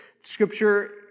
Scripture